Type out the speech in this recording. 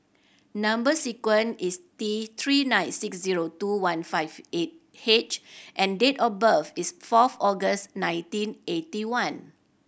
number sequence is T Three nine six zero two one five H and date of birth is fourth August nineteen eighty one